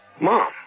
Mom